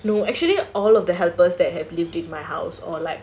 no actually all of the helpers that have lived in my house or like